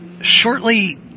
Shortly